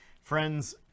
Friends